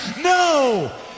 No